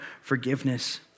forgiveness